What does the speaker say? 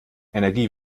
energie